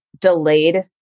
delayed